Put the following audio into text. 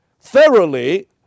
thoroughly